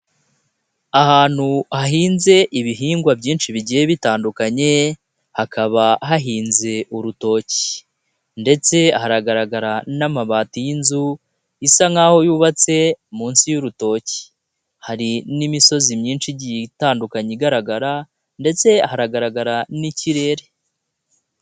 Ahantu hahinze ibihingwa byinshi bigiye bitandukanye, hakaba hahinze urutoki. Ndetse haragaragara n'amabati y'inzu isa nkaho yubatse munsi y'urutoki. Hari n'imisozi myinshi igi itandukanye igaragara, ndetse haragaragara n'ikirere.